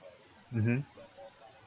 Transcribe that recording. mmhmm